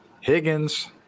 Higgins